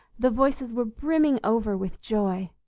the voices were brimming over with joy.